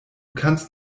kannst